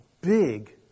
big